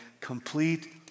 complete